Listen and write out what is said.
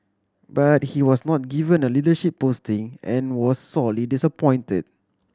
but he was not given a leadership posting and was sorely disappointed